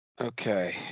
Okay